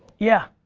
yeah.